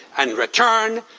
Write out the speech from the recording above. and return,